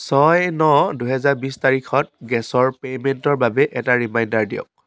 ছয় ন দুহেজাৰ বিশ তাৰিখত গেছৰ পে'মেণ্টৰ বাবে এটা ৰিমাইণ্ডাৰ দিয়ক